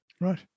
Right